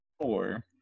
four